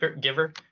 giver